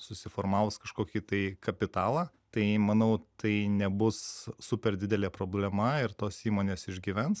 susiformavus kažkokį tai kapitalą tai manau tai nebus super didelė problema ir tos įmonės išgyvens